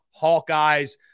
Hawkeyes